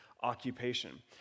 occupation